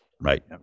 right